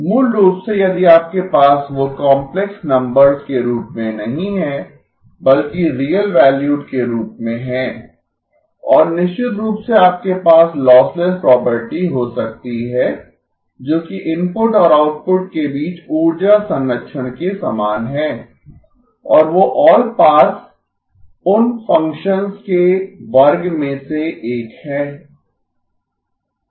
मूल रूप से यदि आपके पास वो काम्प्लेक्स नंबर्स के रूप में नहीं हैं बल्कि रियल वैल्यूड के रूप में हैं और निश्चित रूप से आपके पास लॉसलेस प्रॉपर्टी हो सकती है जो कि इनपुट और आउटपुट के बीच ऊर्जा संरक्षण के समान है और वो ऑलपास उन फ़ंक्शंस के वर्ग में से एक है